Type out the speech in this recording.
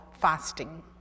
fasting